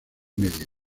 media